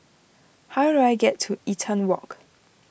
how do I get to Eaton Walk